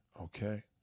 Okay